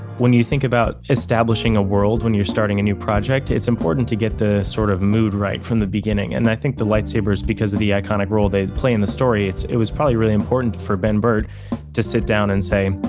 when you think about establishing a world when you're starting a new project it's important to get the sort of mood right from the beginning. and i think the lightsabers, because of the iconic role they play in the story, it was probably really important for ben burtt to sit down and say,